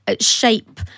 shape